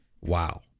Wow